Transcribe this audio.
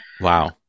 Wow